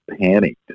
panicked